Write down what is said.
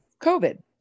COVID